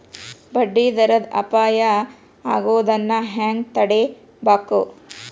ಬಡ್ಡಿ ದರದ್ ಅಪಾಯಾ ಆಗೊದನ್ನ ಹೆಂಗ್ ತಡೇಬಕು?